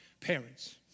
parents